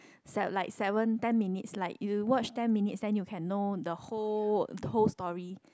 se~ like seven ten minutes like you watch ten minutes then you can know the whole the whole story